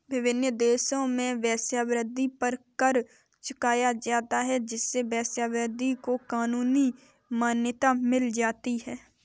विभिन्न देशों में वेश्यावृत्ति पर कर चुकाया जाता है जिससे वेश्यावृत्ति को कानूनी मान्यता मिल जाती है